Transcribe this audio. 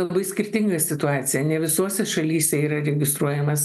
labai skirtinga situacija ne visose šalyse yra registruojamas